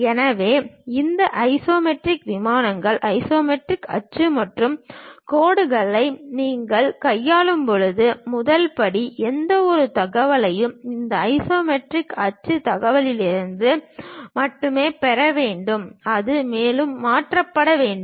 எனவே இந்த ஐசோமெட்ரிக் விமானங்கள் ஐசோமெட்ரிக் அச்சு மற்றும் கோடுகளை நீங்கள் கையாளும் போது முதல் படி எந்தவொரு தகவலையும் இந்த ஐசோமெட்ரிக் அச்சு தகவலில் இருந்து மட்டுமே பெற வேண்டும் அது மேலும் மாற்றப்பட வேண்டும்